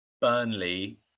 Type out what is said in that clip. Burnley